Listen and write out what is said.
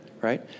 right